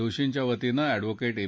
दोषीच्या वतीनं अॅंडव्होकेट ए